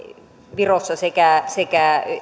virossa sekä sekä